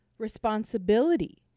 responsibility